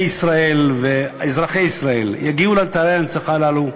ישראל ואזרחי ישראל יגיעו לאתרי ההנצחה הללו,